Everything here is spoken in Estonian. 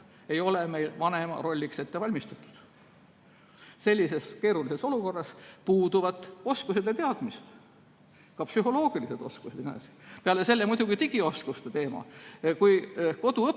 ei ole meil vanema rolliks ette valmistatud. Sellise keerulise olukorra jaoks puuduvad oskused ja teadmised, ka psühholoogilised oskused. Peale selle muidugi digioskuste teema. Kui koduõpe